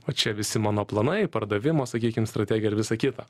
o čia visi mano planai pardavimo sakykim strategija ir visa kita